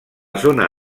zona